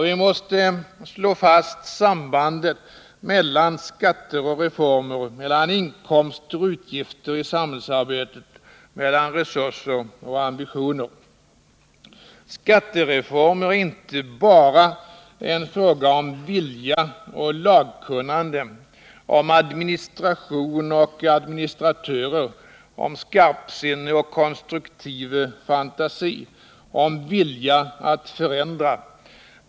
Vi måste slå fast sambandet mellan skatter och reformer, mellan inkomster och utgifter i samhällsarbetet, mellan resurser och ambitioner. Skattereformer är inte bara en fråga om vilja och lagkunnande, om administration och administratörer, om skarpsinne och konstruktiv fantasi, om vilja att förändra.